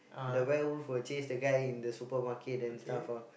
the werewolf will chase the guy in the supermarket and stuff ah